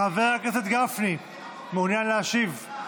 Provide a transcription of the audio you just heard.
חבר הכנסת גפני, מעוניין להשיב?